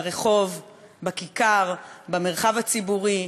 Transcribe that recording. ברחוב, בכיכר, במרחב הציבורי,